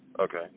Okay